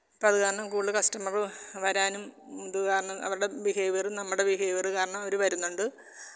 അപ്പം അത് കാരണം കൂടുതൽ കസ്റ്റമറ് വരാനും അത് കാരണം അവരുടെ ബിഹേവിയറ് നമ്മുടെ ബിഹേവിയറ് കാരണം അവർ വരുന്നുണ്ട്